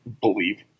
believe